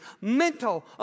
mental